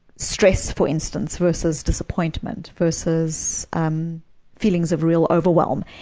stress, for instance, versus disappointment, versus um feelings of real overwhelm.